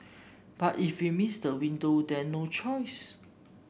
but if we miss the window then no choice